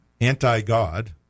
anti-God